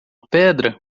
pedra